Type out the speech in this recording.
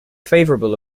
favorable